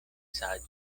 saĝa